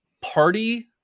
party